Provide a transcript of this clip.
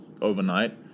overnight